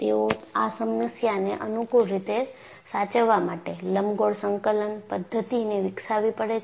તેઓએ આ સમસ્યાને અનુકૂળ રીતે સાચવવા માટે લંબગોળ સંકલન પધ્ધતિને વિકસાવવી પડે છે